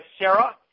Sarah